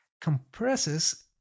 compresses